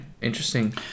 Interesting